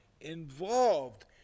involved